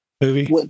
movie